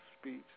speech